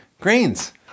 grains